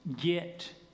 get